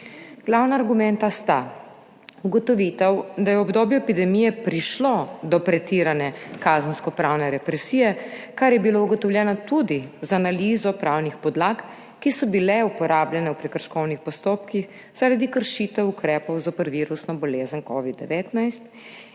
Glavna argumenta sta: ugotovitev, da je v obdobju epidemije prišlo do pretirane kazenskopravne represije, kar je bilo ugotovljeno tudi z analizo pravnih podlag, ki so bile uporabljene v prekrškovnih postopkih zaradi kršitev ukrepov zoper virusno bolezen covid-19,